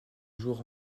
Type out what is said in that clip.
jour